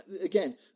again